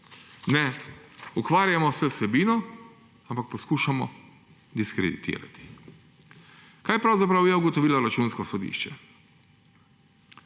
ne ukvarjamo se z vsebino, ampak poskušamo diskreditirati. Kaj je pravzaprav ugotovilo Računsko sodišče?